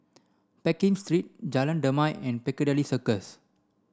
Pekin Street Jalan Damai and Piccadilly Circus